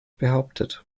behauptet